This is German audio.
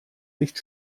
nicht